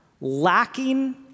lacking